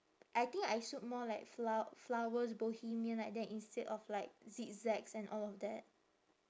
I think I suit more like flow~ flowers bohemian like that instead of like zigzags and all of that